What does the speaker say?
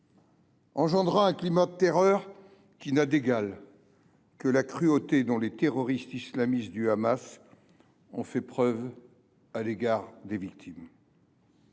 créant un climat de terreur qui n’a d’égal que la cruauté dont les terroristes islamistes ont fait preuve à l’égard des victimes.